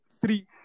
three